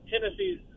Tennessee's